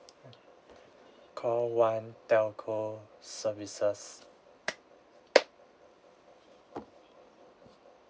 call one telco services